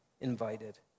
invited